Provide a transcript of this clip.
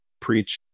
preach